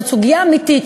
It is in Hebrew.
זאת סוגיה אמיתית,